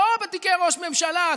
לא בתיקי ראש ממשלה,